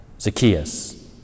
Zacchaeus